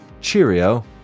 cheerio